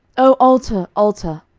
o altar, altar,